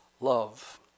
love